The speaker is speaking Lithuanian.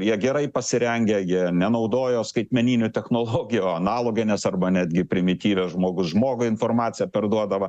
jie gerai pasirengę jie nenaudojo skaitmeninių technologijų analogines arba netgi primityvią žmogus žmogui informaciją perduodavo